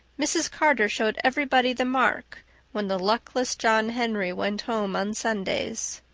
mrs. carter showed everybody the mark when the luckless john henry went home on sundays.